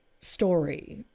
story